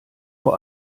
vor